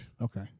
Okay